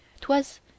twas